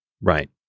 Right